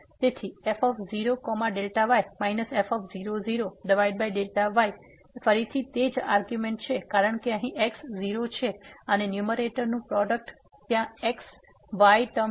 તેથી f0Δy f00Δy ફરીથી તે જ આર્ગુંમેન્ટ કારણ કે અહીં x 0 છે અને ન્યુંમેરેટર નું પ્રોડક્ટ ત્યાં x y ટર્મ છે